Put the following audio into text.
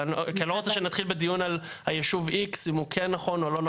כי אני לא רוצה שנתחיל בדיון על היישוב X אם הוא כן נכון או לא נכון.